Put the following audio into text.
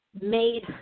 made